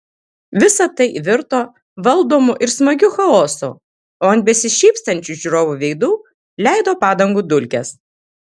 visa tai virto valdomu ir smagiu chaosu o ant besišypsančių žiūrovų veidų leido padangų dulkes